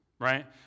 right